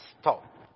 stop